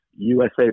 USA